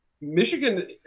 michigan